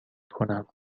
کنم